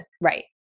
Right